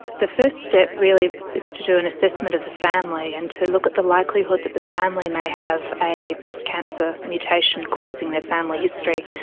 the first step really is to do an assessment of the family and to look at the likelihood that the family may have a breast cancer mutation causing their family history.